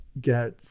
get